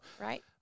Right